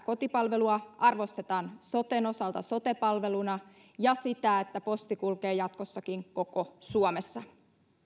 kotipalvelua arvostetaan soten osalta sote palveluna myös sitä että posti kulkee jatkossakin koko suomessa